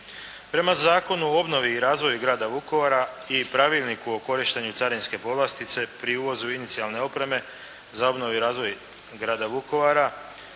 Prema Zakonu o obnovi i razvoju grada Vukovara i Pravilniku o korištenju carinske povlastice pri uvozu inicijalne opreme za obnovu i razvoj grada Vukovara